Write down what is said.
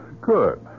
Good